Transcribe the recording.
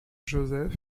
joseph